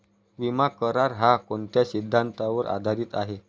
विमा करार, हा कोणत्या सिद्धांतावर आधारीत आहे?